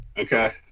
Okay